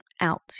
out